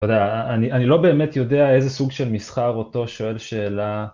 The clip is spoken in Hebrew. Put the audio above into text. תודה, אני לא באמת יודע איזה סוג של מסחר אותו שואל שאלה